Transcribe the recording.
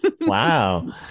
Wow